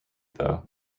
though